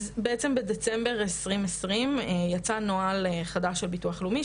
אז בחודש דצמבר 2020 יצא נוהל חדש של המוסד לביטוח לאומי,